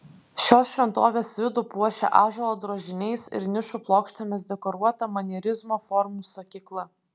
šios šventovės vidų puošia ąžuolo drožiniais ir nišų plokštėmis dekoruota manierizmo formų sakykla